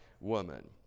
woman